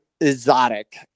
exotic